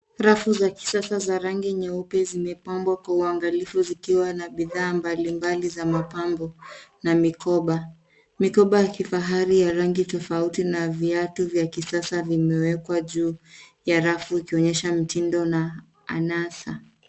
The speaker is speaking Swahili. Rafu za kisasa za rangi nyeupe zimepangwa kwa uangalifu zikiwa na bidhaa mbalimbali za mapambo na mikoba. Mikoba ya kifahari ya rangi tofauti na viatu vya kisasa vimewekwa juu ya rafu ikionyesha mtindo na anasa.